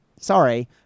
Sorry